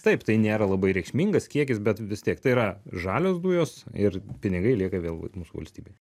taip tai nėra labai reikšmingas kiekis bet vis tiek tai yra žalios dujos ir pinigai lieka vėl mūsų valstybėj